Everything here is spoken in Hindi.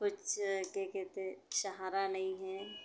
कुछ क्या कहते सहारा नहीं है